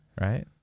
right